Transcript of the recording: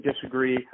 disagree